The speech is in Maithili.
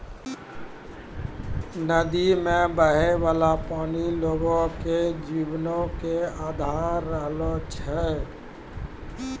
नदी मे बहै बाला पानी लोगो के जीवनो के अधार रहलो छै